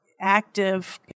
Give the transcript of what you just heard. active